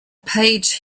page